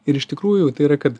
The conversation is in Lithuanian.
ir iš tikrųjų tai yra kad